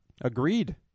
Agreed